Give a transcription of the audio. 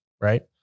Right